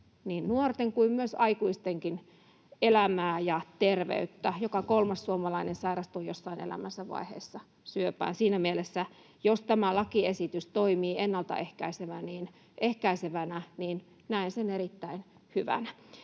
niin nuorten kuin aikuistenkin elämää ja terveyttä. Joka kolmas suomalainen sairastuu jossain elämänsä vaiheessa syöpään. Siinä mielessä, jos tämä lakiesitys toimii ennaltaehkäisevänä, näen sen erittäin hyvänä.